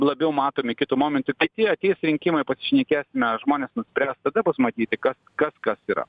labiau matomi kitu momentu tai tie ateis rinkimai pasišnekėsime žmonės nuspręs tada bus matyti kas kad kas yra